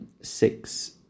six